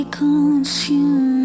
consumed